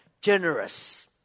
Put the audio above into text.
generous